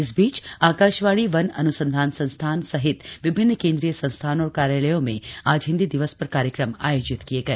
इस बीच आकाशवाणी वन अन्संधान संस्थान सहित विभिन्न केंद्रीय संस्थानों और कार्यालयों में आज हिन्दी दिवस पर कार्यक्रम आयोजित किये गए